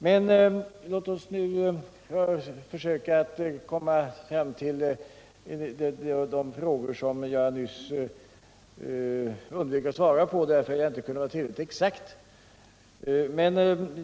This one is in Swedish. Men låt oss nu försöka komma fram till de frågor som jag nyss undvek att svara på därför att jag inte kunde vara tillräckligt exakt.